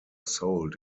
sold